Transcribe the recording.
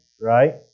right